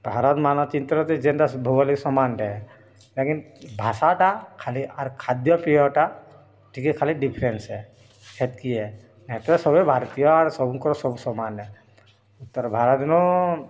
ଭାରତ ମାନଚିତ୍ର ତ ଯେନ୍ତା ଭୌଗଳିକ ସମାନଟେ ଲେକିନ୍ ଭାଷା ଟା ଖାଲି ଆର୍ ଖାଦ୍ୟପେୟଟା ଟିକେ କାଲି ଡିଫରେନ୍ସ ହେ ହେତ୍କି ହେ ଏ ତ ସବୁ ଭାରତୀୟ ସବୁଙ୍କ ସବୁ ସମାନ୍ ଉତ୍ତରଭାରତ ନୁ